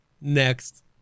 Next